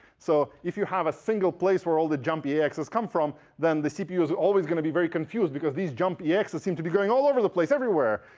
so if you have a single place where all the jump eaxs come from, then the cpu is always going to be very confused. because these jump eaxs seem to be going all over the place, everywhere.